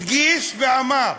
הדגיש ואמר.